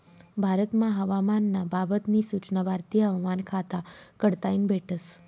भारतमा हवामान ना बाबत नी सूचना भारतीय हवामान खाता कडताईन भेटस